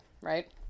right